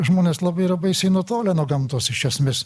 žmonės labai yra baisiai nutolę nuo gamtos iš esmės